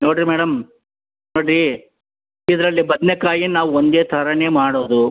ನೋಡಿ ಮೇಡಮ್ ನೋಡಿ ಇದರಲ್ಲಿ ಬದನೆ ಕಾಯಿ ನಾವು ಒಂದೇ ಥರನೇ ಮಾಡೋದು